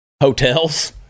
Hotels